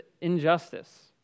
injustice